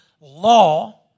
law